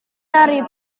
dari